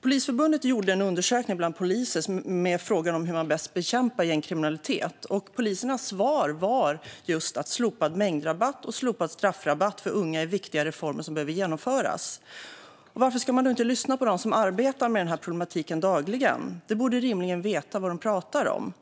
Polisförbundet gjorde en undersökning bland poliser och ställde frågan hur man bäst bekämpar gängkriminalitet. Poliserna svarade att slopad mängdrabatt och slopad straffrabatt för unga är viktiga reformer som behöver genomföras. Varför ska man inte lyssna på dem som arbetar med denna problematik dagligen? De borde rimligen veta vad de pratar om.